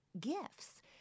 gifts